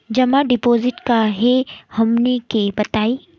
जमा डिपोजिट का हे हमनी के बताई?